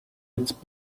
its